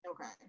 Okay